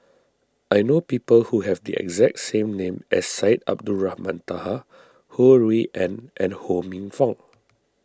I know people who have the exact same name as Syed Abdulrahman Taha Ho Rui An and Ho Minfong